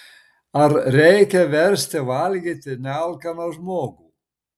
ar reikia versti valgyti nealkaną žmogų